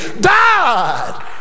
died